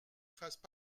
fassent